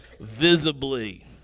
visibly